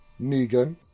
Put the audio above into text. Negan